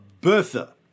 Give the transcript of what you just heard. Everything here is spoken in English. Bertha